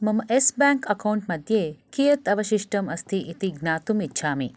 मम Yes Bank account मध्ये कियत् अवशिष्टम् अस्ति इति ज्ञातुम् इच्छामि